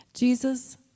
Jesus